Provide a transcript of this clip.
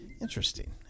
Interesting